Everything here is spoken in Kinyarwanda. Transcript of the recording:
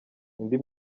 indi